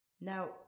Now